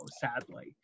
sadly